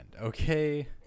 okay